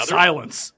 silence